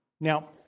Now